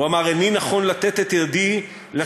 הוא אמר: "איני נכון לתת את ידי לשיגעון